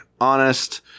Honest